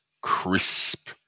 crisp